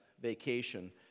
vacation